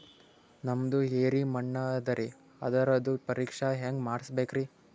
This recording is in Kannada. ನಮ್ದು ಎರಿ ಮಣ್ಣದರಿ, ಅದರದು ಪರೀಕ್ಷಾ ಹ್ಯಾಂಗ್ ಮಾಡಿಸ್ಬೇಕ್ರಿ?